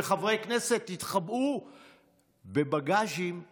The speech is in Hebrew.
שחברי כנסת התחבאו בבגז'ים,